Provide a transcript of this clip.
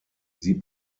sie